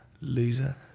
loser